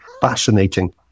fascinating